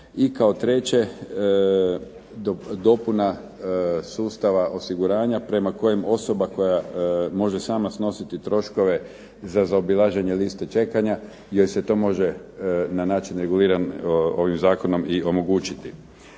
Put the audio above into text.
I kao treće, dopuna sustava osiguranja prema kojem osoba koja može sama snositi troškove za zaobilaženje liste čekanja, jer se to može na način reguliran ovim zakonom i omogućiti.